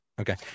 Okay